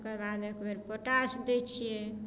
तकरबाद एकबेर पोटास दै छियै